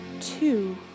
two